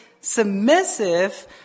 submissive